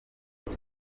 ati